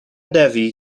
devi